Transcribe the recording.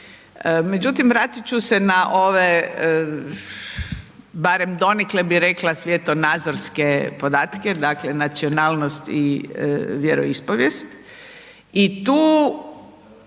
Međutim, vratit ću se na ove, barem donekle bi rekla, svjetonazorske podatke, dakle nacionalnost i vjeroispovijest i tu